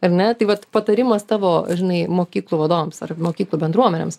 ar ne tai vat patarimas tavo žinai mokyklų vadovams ar mokyklų bendruomenėms